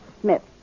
Smith